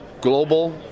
global